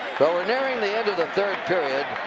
so we're nearing the end of the third period.